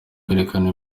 kwerekana